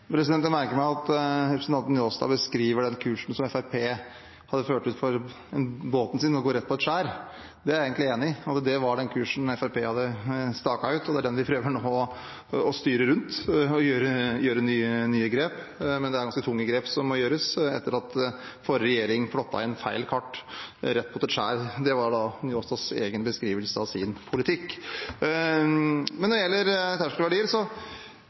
Jeg merker meg at representanten Njåstad beskriver den kursen som Fremskrittspartiet hadde staket ut for båten sin: å gå rett på et skjær. Jeg er egentlig enig i at det var den kursen Fremskrittspartiet hadde staket ut. Det er den vi nå prøver å styre rundt og gjøre nye grep, men det er ganske tunge grep som må gjøres, etter at forrige regjering plottet inn feil kurs på kartet – rett mot et skjær. Det var Njåstads egen beskrivelse av sin politikk. Når det gjelder terskelverdier: